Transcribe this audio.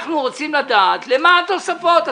אני מבקש תוכנית עלויות.